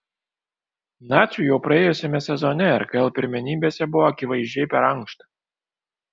naciui jau praėjusiame sezone rkl pirmenybėse buvo akivaizdžiai per ankšta